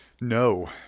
No